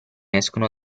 escono